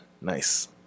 Nice